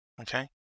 Okay